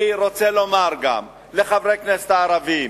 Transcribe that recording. אני רוצה גם לומר לחברי הכנסת הערבים,